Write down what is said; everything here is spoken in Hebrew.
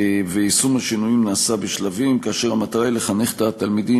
ויישום השינויים נעשה בשלבים כאשר המטרה היא לחנך את התלמידים